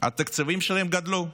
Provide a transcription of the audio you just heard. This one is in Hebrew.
התקציבים שלהם גדלו.